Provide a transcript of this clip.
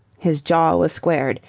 his jaw was squared,